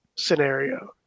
scenario